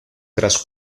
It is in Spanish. tras